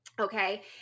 okay